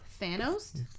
thanos